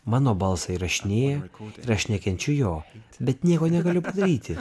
mano balsą įrašinėja ir aš nekenčiu jo bet nieko negaliu padaryti